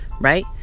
Right